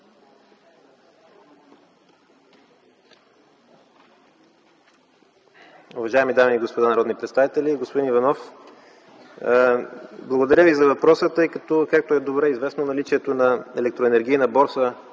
Уважаеми дами и господа народни представители! Господин Иванов, благодаря Ви за въпроса, тъй като, както е добре известно, наличието на електроенергийна борса